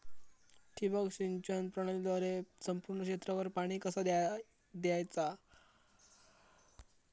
ठिबक सिंचन प्रणालीद्वारे संपूर्ण क्षेत्रावर पाणी कसा दयाचा?